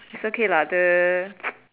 it's okay lah the